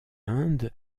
inde